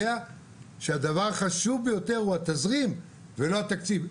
שהדבר החשוב ביותר הוא התזרים ולא התקציב.